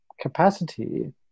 capacity